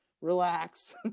relax